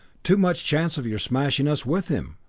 too much chance of your smashing us with him.